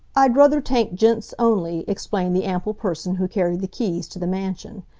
i d'ruther take gents only, explained the ample person who carried the keys to the mansion.